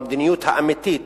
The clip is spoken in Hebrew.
במדיניות האמיתית,